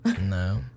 no